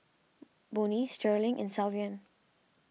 Bonnie Sterling and Sylvan